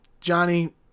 Johnny